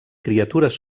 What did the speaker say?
criatures